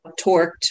torqued